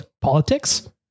politics